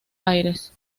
aires